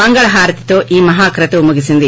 మంగళహారతితో ఈ మహా క్రతువు ముగిసింది